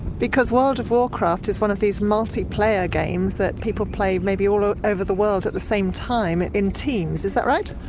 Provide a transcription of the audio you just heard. because world of warcraft is one of these multiplayer games that people play maybe all over the world at the same time in teams, is that right?